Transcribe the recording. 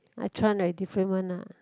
I try a different one ah